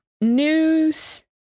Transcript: news